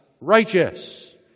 righteous